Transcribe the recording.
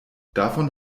davon